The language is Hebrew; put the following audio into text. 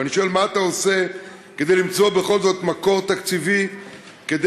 ואני שואל מה אתה עושה כדי למצוא בכל זאת מקור תקציבי לעודד